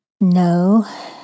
No